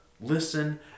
listen